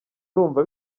urumva